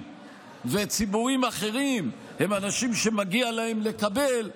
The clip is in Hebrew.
וציבורים אחרים הם אנשים שמגיע להם לקבל,